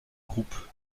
groupe